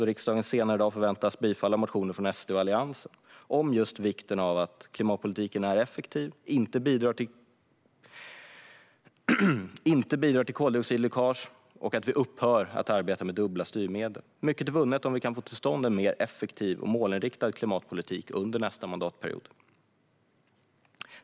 Riksdagen förväntas senare i dag bifalla motioner från SD och Alliansen om just vikten av att klimatpolitiken är effektiv och inte bidrar till koldioxidläckage och att vi upphör att arbeta med dubbla styrmedel. Mycket är vunnet om vi kan få till stånd en mer effektiv och målinriktad klimatpolitik under nästa mandatperiod.